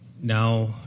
now